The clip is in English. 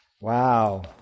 Wow